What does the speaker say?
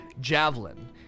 javelin